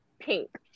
pink